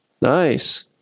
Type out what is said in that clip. Nice